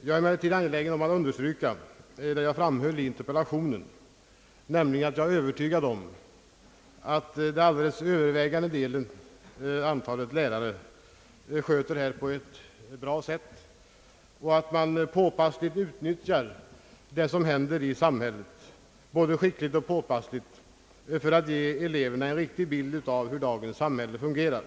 Jag är emellertid angelägen om att understryka vad jag framhöll i interpellationen, nämligen att jag är Öövertygad om att det alldeles övervägande antalet av lärare sköter denna uppgift på ett gott sätt och att de både skickligt och påpassligt utnyttjar det som händer i samhället för att ge eleverna en riktig bild av hur dagens samhälle fungerar.